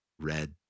red